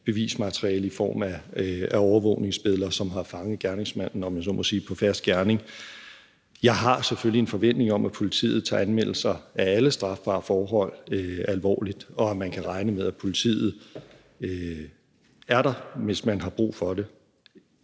bevismateriale i form af overvågningsbilleder, som har fanget gerningsmanden, om jeg så må sige, på fersk gerning. Jeg har selvfølgelig en forventning om, at politiet tager anmeldelser af alle strafbare forhold alvorligt, og at man kan regne med, at politiet er der, hvis man har brug for det.